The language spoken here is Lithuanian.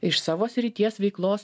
iš savo srities veiklos